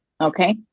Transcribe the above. okay